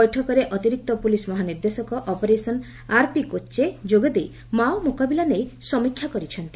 ବୈଠକରେ ଅତିରିକ୍ତ ପୋଲିସ୍ ମହାନିର୍ଦ୍ଦେଶକ ଅପରେସନ୍ ଆର୍ପି କୋଚେ ଯୋଗଦେଇ ମାଓ ମ୍ରକାବିଲା ନେଇ ସମୀକ୍ଷା କରିଛନ୍ତି